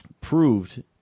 proved